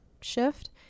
shift